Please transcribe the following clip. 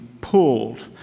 pulled